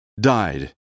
died